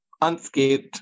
unscathed